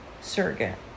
surrogate